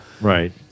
Right